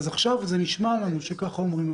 אז עכשיו נשמע לנו שככה אומרים,